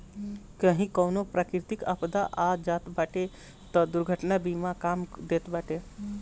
कही कवनो प्राकृतिक आपदा आ जात बाटे तअ दुर्घटना बीमा काम देत बाटे